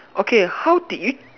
okay how did you